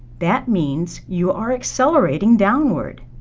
that means you are accelerating downward.